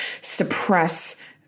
suppress